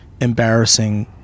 embarrassing